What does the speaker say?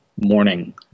morning